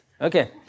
Okay